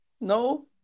No